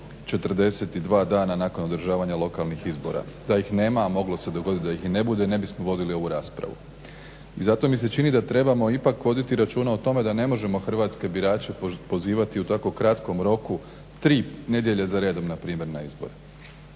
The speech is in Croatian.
42 dana nakon održavanja lokalnih izbora. Da ih nema, a moglo se dogoditi da ih i ne bude ne bismo vodili ovu raspravu. I zato mi se čini da trebamo ipak voditi računa o tome da ne možemo hrvatske birače pozivati u tako kratkom roku 3 nedjelje za redom npr. na izbore.